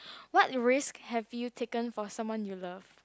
what risk have you taken for someone you love